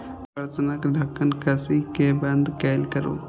बर्तनक ढक्कन कसि कें बंद कैल करू